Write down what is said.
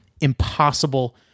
impossible